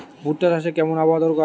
ভুট্টা চাষে কেমন আবহাওয়া দরকার?